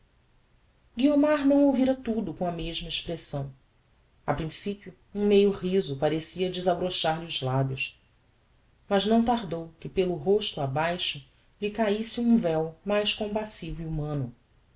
coração guiomar não ouvira tudo com a mesma expressão a principio um meio riso parecia desabrochar lhe os labios mas não tardou que pelo rosto abaixo lhe caísse um veu mais compassivo e humano